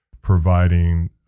providing